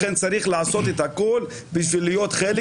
לכן צריך לעשות את הכול בשביל להיות חלק